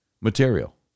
material